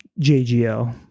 JGL